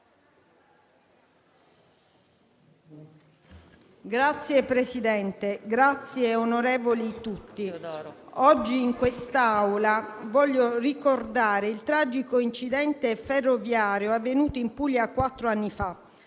Signor Presidente, onorevoli senatori tutti, oggi in quest'Aula voglio ricordare il tragico incidente ferroviario avvenuto in Puglia quattro anni fa.